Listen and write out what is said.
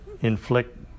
inflict